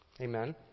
Amen